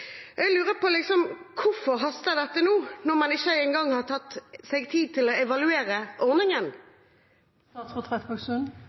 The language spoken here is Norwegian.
Jeg lurer på: Hvorfor haster dette nå, når man ikke engang har tatt seg tid til å evaluere ordningen?